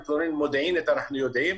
מודיעינית אנחנו יודעים.